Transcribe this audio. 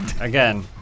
Again